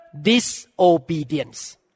disobedience